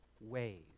ways